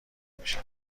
میشن